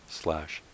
slash